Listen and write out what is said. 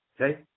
okay